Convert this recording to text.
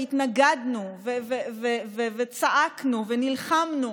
התנגדנו וצעקנו ונלחמנו,